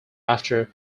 after